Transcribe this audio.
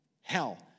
hell